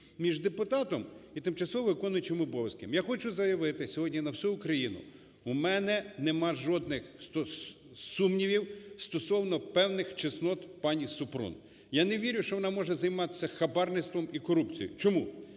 між депутатом і тимчасово виконуючим обов'язків. Я хочу заявити сьогодні на всю Україну: у мене немає жодних сумнівів стосовно певний чеснот пані Супрун. Я не вірю, що вона може займатися хабарництвом і корупцією. Чому?